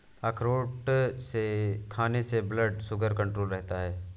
अखरोट खाने से ब्लड शुगर कण्ट्रोल रहता है